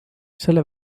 selle